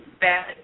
bad